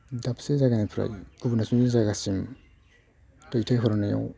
दाबसे जायगानिफ्राय गुबुन दाबसे जायगासिम दैथायहरनायाव